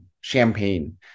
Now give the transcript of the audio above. champagne